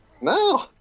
No